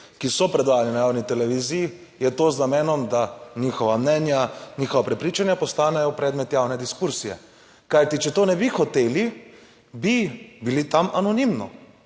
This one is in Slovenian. ki so predvajani na javni televiziji, je to z namenom, da njihova mnenja, njihova prepričanja postanejo predmet javne diskusije, kajti če to ne bi hoteli, bi bili tam anonimno.